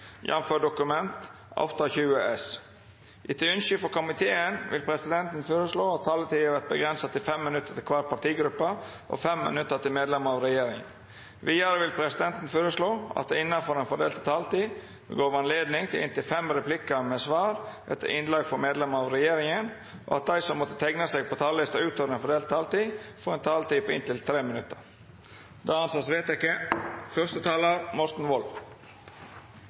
minutt til medlemer av regjeringa. Vidare vil presidenten føreslå at det – innanfor den fordelte taletida – vert gjeve anledning til inntil fem replikkar med svar etter innlegg frå medlemer av regjeringa, og at dei som måtte teikna seg på talarlista utover den fordelte taletida, får ei taletid på inntil 3 minutt. – Det er vedteke.